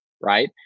right